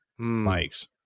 mics